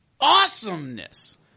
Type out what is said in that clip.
awesomeness